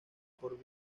por